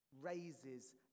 raises